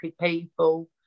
people